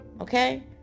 Okay